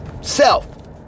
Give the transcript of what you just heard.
self